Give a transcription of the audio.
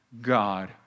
God